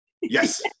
Yes